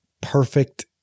perfect